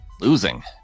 losing